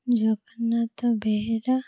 Jagannath Behera